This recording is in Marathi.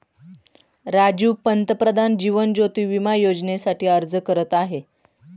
राजीव पंतप्रधान जीवन ज्योती विमा योजनेसाठी अर्ज करत आहे